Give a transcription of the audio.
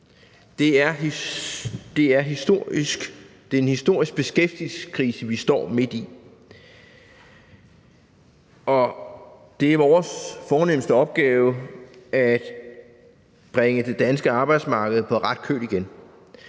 Det er en historisk beskæftigelseskrise, vi står midt i, og det er vores fornemste opgave at bringe det danske arbejdsmarked på ret køl igen.